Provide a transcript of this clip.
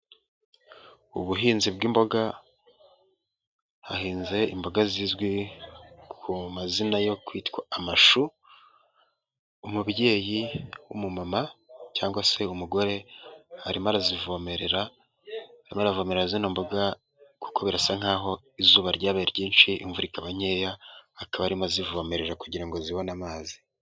Ubuhinzi bw'imboga, hahinze imboga zizwi ku mazina yo kwitwa amashu, umubyeyi w'umumama cyangwa se umugore, arimo arazivomerera, aravomerara izi mboga kuko birasa nk'aho izuba ryabaye ryinshi imvura ikaba nkeya, akaba arimo azivomerera kugira ngo zibone amazi.